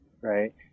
right